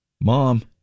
mom